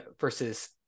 versus